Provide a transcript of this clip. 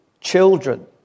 children